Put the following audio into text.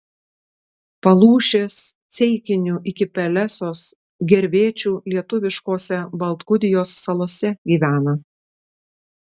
palūšės ceikinių iki pelesos gervėčių lietuviškose baltgudijos salose gyvena